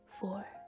four